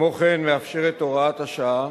כמו כן מאפשרת הוראת השעה